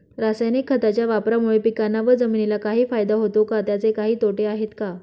रासायनिक खताच्या वापरामुळे पिकांना व जमिनीला काही फायदा होतो का? त्याचे काही तोटे आहेत का?